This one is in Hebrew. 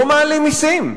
לא מעלים מסים.